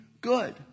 good